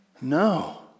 No